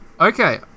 Okay